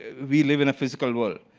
we live in a physical world.